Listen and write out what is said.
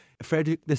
Frederick